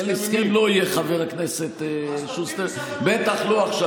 הסכם לא יהיה, חבר הכנסת שוסטר, בטח לא עכשיו.